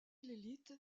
l’élite